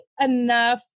enough